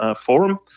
forum